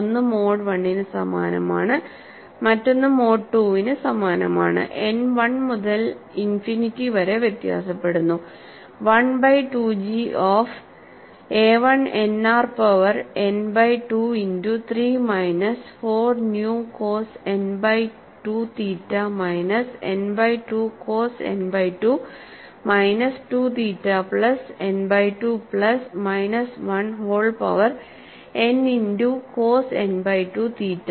ഒന്ന് mode I ന് സമാനമാണ് മറ്റൊന്ന് മോഡ് II ന് സമാനമാണ് n 1 മുതൽ ഇൻഫിനിറ്റി വരെ വ്യത്യാസപ്പെടുന്നു 1 by 2 G of AI nr power n by 2 into 3 minus 4 nu cos n by 2 theta minus n by 2 cos n by 2 minus 2 theta plus n by 2 plus minus 1 whole power n into cos n by 2 theta